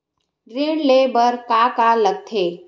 ऋण ले बर का का लगथे?